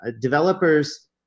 Developers